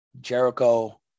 Jericho